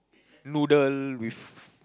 noodle with